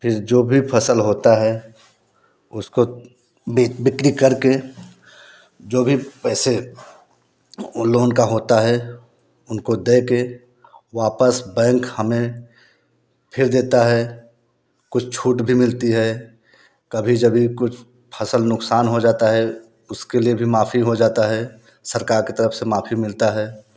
फिर जो भी फसल होता है उसको भी बिक्री करके जो भी पैसे लोन का होता है उनको देके वापस बैंक हमें फिर देता है कुछ छूट भी मिलती है कभी जभी कुछ फसल नुकसान हो जाता है उसके लिए भी माफ़ी हो जाता है सरकार के तरफ से माफ़ी मिलता है